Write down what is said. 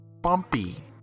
Bumpy